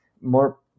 more